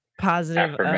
Positive